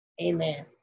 Amen